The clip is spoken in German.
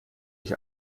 ich